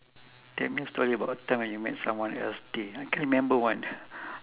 tell me story about a time when you made someone else day I can't remember one